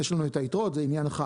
יש לנו את היתרות, זה עניין אחד.